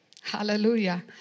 Hallelujah